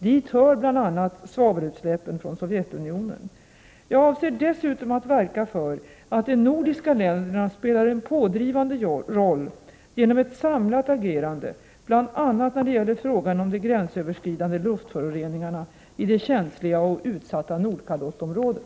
Dit hör bl.a. svavelutsläppen från Sovjetunionen. Jag avser dessutom att verka för att de nordiska länderna spelar en pådrivande roll genom ett samlat agerande bl.a. när det gäller frågan om de gränsöverskridande luftföroreningarna i det känsliga och utsatta Nordkalottområdet.